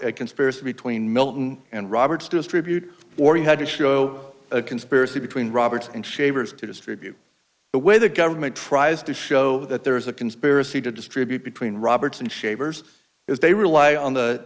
a conspiracy between milton and robert's distribute or you had to show a conspiracy between robert and shavers to distribute the way the government tries to show that there is a conspiracy to distribute between roberts and shavers is they rely on the